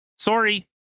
Sorry